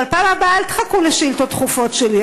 אבל בפעם הבאה אל תחכו לשאילתות דחופות שלי.